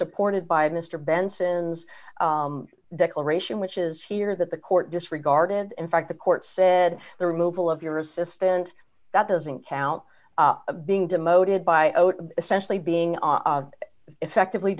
supported by mr benson's declaration which is here that the court disregarded in fact the court said the removal of your assistant that doesn't count being demoted by essentially being effectively